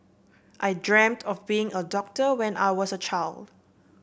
I dreamt of being a doctor when I was a child